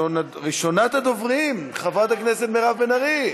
ראשונת הדוברים, חברת הכנסת מירב בן ארי,